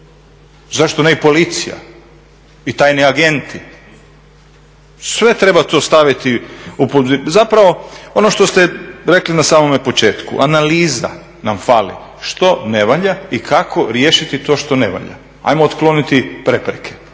Zašto ne i policija i tajni agenti? Sve treba to staviti, zapravo ono što ste rekli na samome početku, analiza nam fali što ne valja i kako riješiti to što ne valja, ajmo otkloniti prepreke.